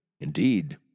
Indeed